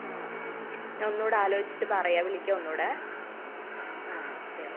ആ ആ ഞാൻ ഒന്നുകൂടി ആലോചിച്ചിട്ട് പറയാം വിളിക്കാം ഒന്നുകൂടി ആ ഓക്കെ ഓക്കെ